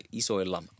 isoilla